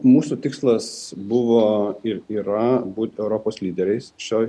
mūsų tikslas buvo ir yra būti europos lyderiais šioj